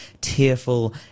tearful